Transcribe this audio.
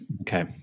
okay